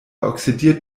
oxidiert